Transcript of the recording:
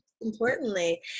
importantly